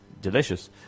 delicious